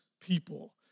people